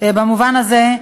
במובן הזה,